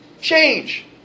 Change